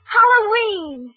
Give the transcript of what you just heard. Halloween